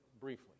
briefly